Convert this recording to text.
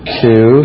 two